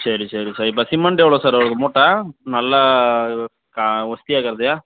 சரி சரி சார் இப்போ சிமெண்ட் எவ்வளோ சார் வருது மூட்டை நல்ல கா ஒஸ்தியாக இருக்கறது